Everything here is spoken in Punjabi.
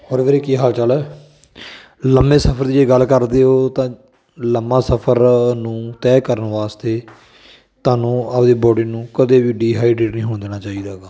ਹੋਰ ਵੀਰੇ ਕੀ ਹਾਲ ਚਾਲ ਹੈ ਲੰਮੇ ਸਫ਼ਰ ਦੀ ਜੇ ਗੱਲ ਕਰਦੇ ਹੋ ਤਾਂ ਲੰਮਾ ਸਫ਼ਰ ਨੂੰ ਤੈਅ ਕਰਨ ਵਾਸਤੇ ਤੁਹਾਨੂੰ ਆਪ ਦੀ ਬੋਡੀ ਨੂੰ ਕਦੇ ਵੀ ਡੀਹਾਈਡਰੇਟ ਨਹੀਂ ਹੋਣ ਦੇਣਾ ਚਾਹੀਦਾ ਹੈਗਾ